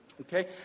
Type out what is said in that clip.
Okay